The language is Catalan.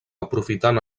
aprofitant